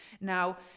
Now